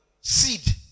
seed